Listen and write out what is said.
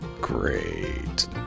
Great